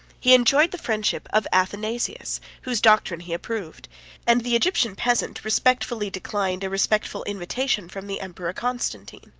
he enjoyed the friendship of athanasius, whose doctrine he approved and the egyptian peasant respectfully declined a respectful invitation from the emperor constantine.